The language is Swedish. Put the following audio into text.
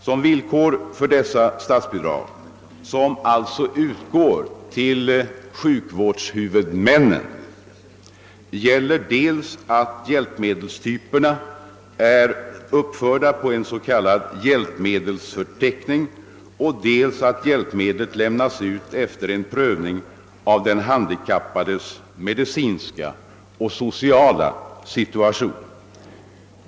Som villkor för dessa statsbidrag som alltså utgår till sjukvårdshuvudmännen gäller dels att hjälpmedelstyperna är uppförda på en s.k. hjälpmedelsförteckning, dels att hjälpmedlet lämnas ut efter en prövning av den handikappades medicinska och sociala situation.